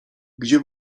gdzie